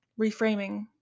reframing